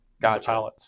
Gotcha